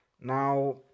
Now